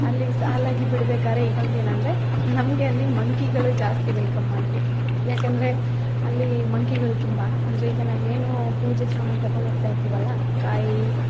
ಅಲ್ಲಿ ಸಾಲಾಗಿ ಬಿಡ್ಬೇಕಾದ್ರೆ ಇನ್ನೊಂದು ಏನಂದರೆ ನಮಗೆ ಅಲ್ಲಿ ಮಂಕಿಗಳು ಜಾಸ್ತಿ ವೆಲ್ಕಮ್ ಮಾಡೋದು ಏಕಂದ್ರೆ ಅಲ್ಲಿ ಮಂಕಿಗಳು ತುಂಬ ಅಂದರೆ ಈಗ ನಾವು ಏನು ಪೂಜೆ ಸಾಮಾನು ತೆಕೊಂಡು ಹೋಗ್ತಾ ಇರ್ತೀವಲ್ವ ಕಾಯಿ